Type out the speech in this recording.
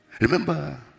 remember